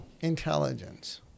intelligence